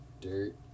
dirt